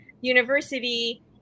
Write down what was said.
university